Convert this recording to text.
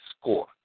score